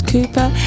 Cooper